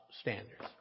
standards